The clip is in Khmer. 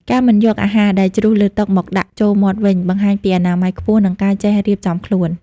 ការមិនយកអាហារដែលជ្រុះលើតុមកដាក់ចូលមាត់វិញ បង្ហាញពីអនាម័យខ្ពស់ និងការចេះរៀបចំខ្លួន។